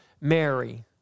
Mary